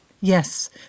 Yes